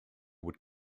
would